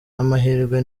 n’amahirwe